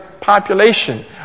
population